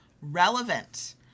Relevant